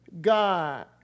God